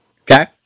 Okay